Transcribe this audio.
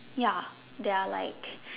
ya there are like